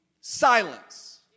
silence